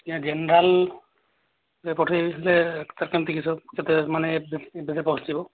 ଜେନରାଲରେ ପଠେଇ ଦେଇଥିଲେ ତ ସେମିତି ମାନେ କେବେ ପହଞ୍ଚିବ